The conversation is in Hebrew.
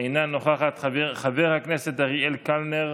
אינה נוכחת, חבר הכנסת אריאל קלנר,